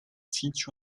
teach